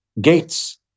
gates